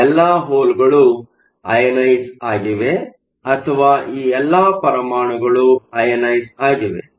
ಈ ಎಲ್ಲಾ ಹೋಲ್ಗಳು ಐಅಯನೈಸ಼್ ಆಗಿವೆ ಅಥವಾ ಈ ಎಲ್ಲಾ ಪರಮಾಣುಗಳು ಐಅಯನೈಸ಼್ ಆಗಿವೆ